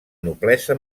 noblesa